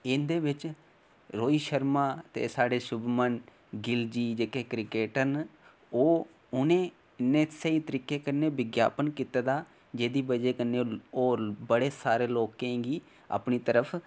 इंदे बेच रोहित शर्मा ते साढ़े सुमन जी जेह्के क्रिकेटर न ओह् उनें उनें स्हेई तरीके कन्नै विज्ञापन कीता दा एह्दी वजह् कन्नै होर बड़े सारे लोकें गी अपनी तरफ